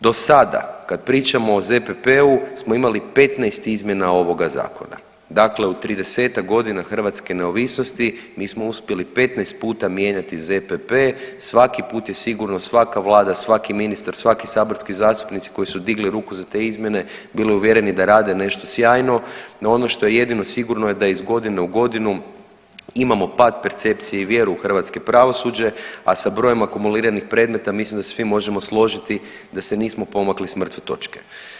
Do sada kad pričamo o ZPP-u smo imali 15 izmjena ovoga zakona, dakle u 30-tak godina hrvatske neovisnosti mi smo uspjeli 15 puta mijenjati ZPP, svaki put je sigurno svaka vlada, svaki ministar, svaki saborski zastupnici koji su digli ruku za te izmjene bili uvjereni da rade nešto sjajno, no ono što je jedino sigurno je da iz godine u godinu imamo pad percepcije i vjeru u hrvatsko pravosuđe, a sa brojem akumuliranih predmeta mislim da se svi možemo složiti da se nismo pomakli s mrtve točke.